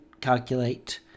calculate